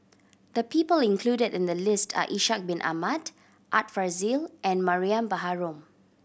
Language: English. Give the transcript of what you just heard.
the people included in the list are Ishak Bin Ahmad Art Fazil and Mariam Baharom